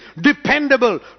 dependable